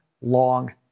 long